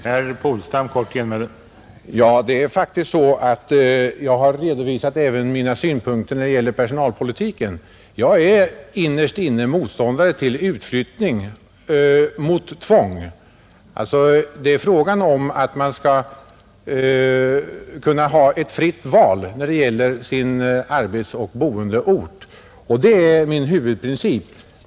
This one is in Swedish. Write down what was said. Herr talman! Jag har faktiskt även redovisat mina synpunkter när det gäller personalpolitiken. Jag är innerst inne motståndare till utflyttning med tvång. Vad det är fråga om är att man skall kunna ha ett fritt val när det gäller sin arbetsoch boendeort, och det är min huvudprincip.